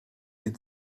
die